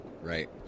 Right